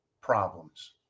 problems